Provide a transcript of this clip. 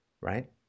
right